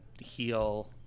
heal